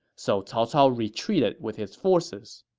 so cao cao retreated with his forces.